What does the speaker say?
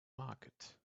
market